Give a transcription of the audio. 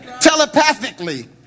telepathically